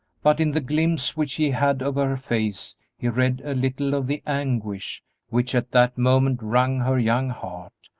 but in the glimpse which he had of her face he read a little of the anguish which at that moment wrung her young heart,